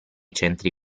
centri